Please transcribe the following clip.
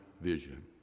vision